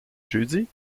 jeudi